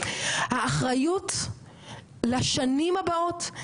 האחריות לשנים הבאות,